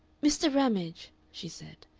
mr. ramage, she said,